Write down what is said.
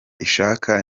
ishaka